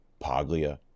Poglia